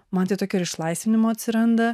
man tai tokio ir išlaisvinimo atsiranda